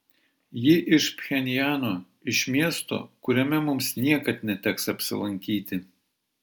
ji iš pchenjano iš miesto kuriame mums niekad neteks apsilankyti